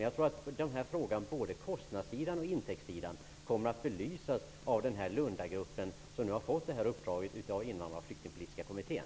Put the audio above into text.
Jag tror att både kostnadssidan och intäktssidan av den här frågan kommer att belysas av den Lundagrupp som nu har fått det här uppdraget av den invandrar och flyktingpolitiska kommittén.